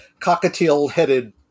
cockatiel-headed